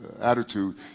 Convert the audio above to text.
attitude